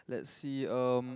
let's see um